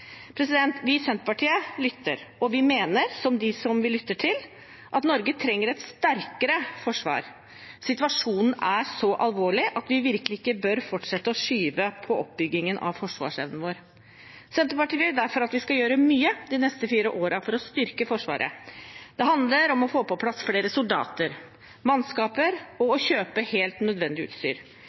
Vi i Senterpartiet lytter, og vi mener – som dem vi lytter til – at Norge trenger et sterkere forsvar. Situasjonen er så alvorlig at vi virkelig ikke bør fortsette å skyve på oppbyggingen av forsvarsevnen vår. Senterpartiet vil derfor at vi skal gjøre mye de neste fire årene for å styrke Forsvaret. Det handler om å få på plass flere soldater, mannskaper og å kjøpe helt nødvendig utstyr.